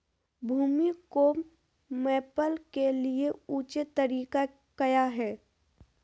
भूमि को मैपल के लिए ऊंचे तरीका काया है?